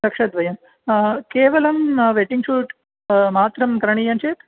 लक्षद्वयं केवलं wedding shoot मात्रं करणीयञ्चेत्